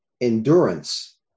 endurance